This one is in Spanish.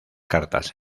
cartas